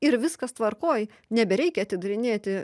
ir viskas tvarkoj nebereikia atidarinėti